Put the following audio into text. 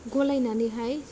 गलायनानैहाय